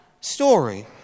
story